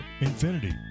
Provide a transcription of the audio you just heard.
Infinity